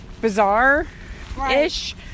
bizarre-ish